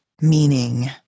meaning